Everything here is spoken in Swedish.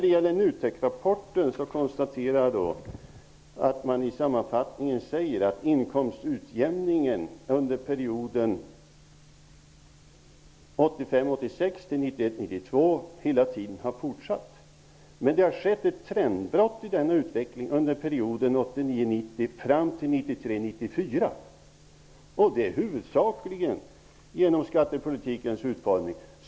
Jag konstaterar att man i NUTEK-rapportens sammanfattning säger att inkomstutjämningen under perioden mellan 1985 92 hela tiden har fortsatt men att det har skett ett trendbrott i denna utveckling under perioden Det har huvudsakligen skett genom skattepolitikens utformning.